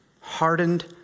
hardened